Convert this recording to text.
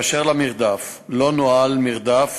1. באשר למרדף, לא נוהל מרדף